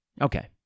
okay